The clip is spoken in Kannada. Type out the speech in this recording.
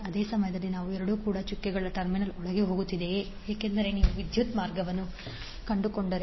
ಅದೇ ಸಮಯದಲ್ಲಿ ನಾನು 2 ಕೂಡ ಚುಕ್ಕೆಗಳ ಟರ್ಮಿನಲ್ ಒಳಗೆ ಹೋಗುತ್ತಿದ್ದೇನೆ ಏಕೆಂದರೆ ನೀವು ವಿದ್ಯುತ್ ಮಾರ್ಗವನ್ನು ಕಂಡುಕೊಂಡರೆ